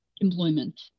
employment